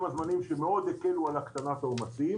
הזמניים שהקלו מאוד על הקטנת העומסים.